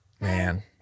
man